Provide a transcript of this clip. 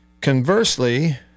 Conversely